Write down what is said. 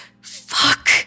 Fuck